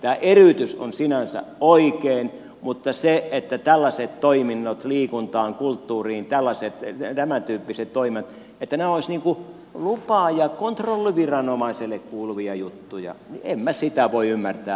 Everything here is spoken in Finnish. tämä eriytys on sinänsä oikein mutta sitä että tällaiset toiminnot liittyen liikuntaan kulttuuriin ja lasi viedään läpi visit tämäntyyppiset toimet olisivat niin kuin lupa ja kontrolliviranomaiselle kuuluvia juttuja en minä voi ymmärtää